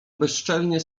bezczelnie